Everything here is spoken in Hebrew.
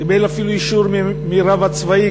קיבל אפילו אישור מהרב הצבאי,